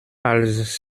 als